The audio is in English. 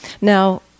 Now